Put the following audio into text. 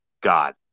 God